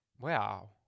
Wow